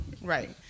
right